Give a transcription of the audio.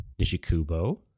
Nishikubo